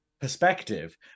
perspective